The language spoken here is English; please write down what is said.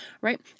right